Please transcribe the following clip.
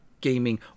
gaming